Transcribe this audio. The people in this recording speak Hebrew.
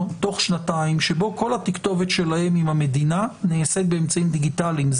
שבו כל התכתובת שלהם עם המדינה נעשית באמצעים דיגיטליים.